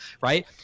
right